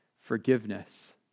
forgiveness